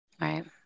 Right